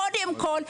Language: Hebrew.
קודם כל,